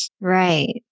Right